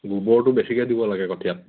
গোবৰটো বেছিকৈ দিব লাগে কঠিয়াত